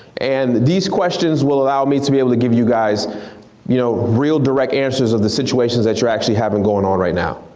and these questions will allow me to be able to give you guys you know real direct answers of the situations that you're actually having going on right now.